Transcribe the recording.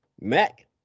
Mac